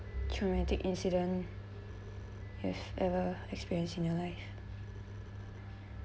traumatic incident have ever experienced in your life